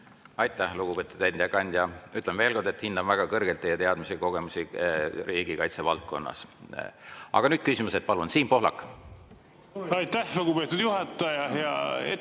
Aitäh, lugupeetud ettekandja! Ütlen veel kord, et ma hindan väga kõrgelt teie teadmisi ja kogemusi riigikaitse valdkonnas. Aga nüüd küsimused. Palun, Siim Pohlak! Aitäh, lugupeetud juhataja!